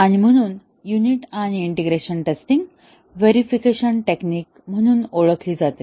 आणि म्हणून युनिट आणि इंटिग्रेशन टेस्टिंग वेरिफिकेशन टेक्निक म्हणून ओळखली जाते